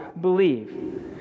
believe